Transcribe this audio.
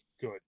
good